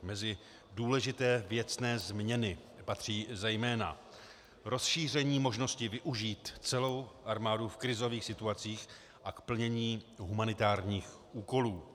Mezi důležité věcné změny patří zejména rozšíření možnosti využít celou armádu v krizových situacích a k plnění humanitárních úkolů.